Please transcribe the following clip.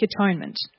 atonement